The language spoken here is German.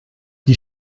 die